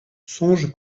songe